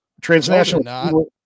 Transnational